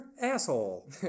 Asshole